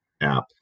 app